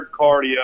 cardio